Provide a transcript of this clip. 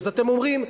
אז אתם אומרים,